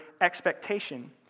Expectation